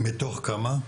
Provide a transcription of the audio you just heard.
מתוך כמה?